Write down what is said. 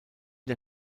der